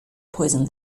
poison